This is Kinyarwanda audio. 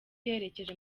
yerekeje